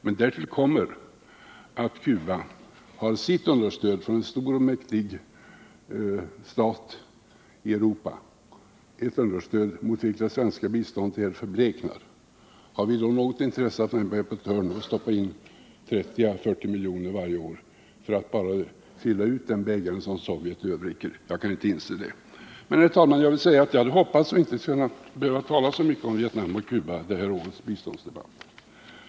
Men därtill kommer att Cuba har sitt understöd från en stor och mäktig stat i Europa, ett understöd mot vilket det svenska biståndet helt förbleknar. Har vi då något intresse av att ändå vara med på ett hörn och stoppa in 30 å 40 miljoner varje år bara för att fylla på den bägare som Sovjet överräcker? Jag kan inte inse det. Herr talman! Jag hade hoppats att inte behöva tala så mycket om Vietnam och Cuba i det här årets biståndsdebatt.